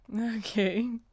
Okay